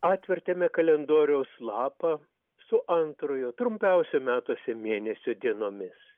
atvertėme kalendoriaus lapą su antrojo trumpiausio metuose mėnesio dienomis